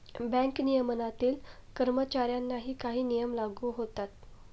bank नियमनातील कर्मचाऱ्यांनाही काही नियम लागू होतात